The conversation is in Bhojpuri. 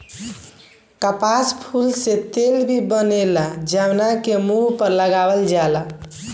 कपास फूल से तेल भी बनेला जवना के मुंह पर लगावल जाला